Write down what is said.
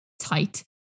tight